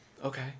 Okay